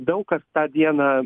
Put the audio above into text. daug kas tą dieną